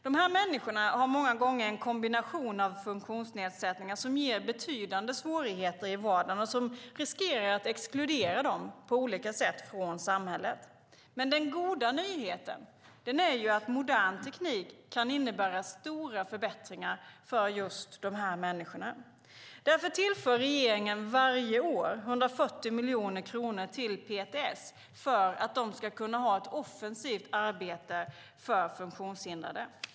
Dessa människor har många gånger en kombination av funktionsnedsättningar som ger betydande svårigheter i vardagen och som riskerar att exkludera dem på olika sätt från samhället. Den goda nyheten är att modern teknik kan innebära stora förbättringar för just dessa människor. Därför tillför regeringen varje år 140 miljoner kronor till PTS för att de ska kunna ha ett offensivt arbete för funktionshindrade.